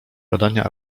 badania